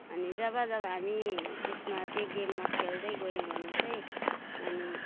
अनि जब जब हामी त्यसमा त्यो गेममा खेल्दै गयौँ भने चाहिँ अनि